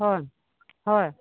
হয় হয়